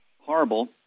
Horrible